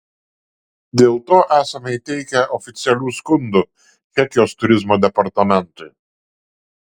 dėl to esame įteikę oficialių skundų čekijos turizmo departamentui